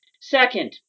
Second